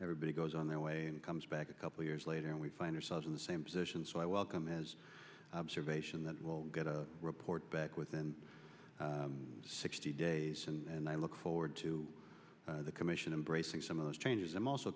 everybody goes on their way and comes back a couple years later and we find ourselves in the same position so i welcome as observation that we'll get a report back within sixty days and i look forward to the commission embracing some of those changes i'm also